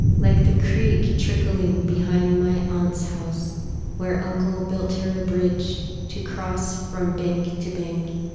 like the creek trickling behind my aunt's house where uncle built her a bridge to cross from bank to bank,